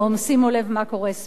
שימו לב מה קורה סביבנו.